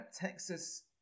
Texas